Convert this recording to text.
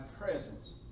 presence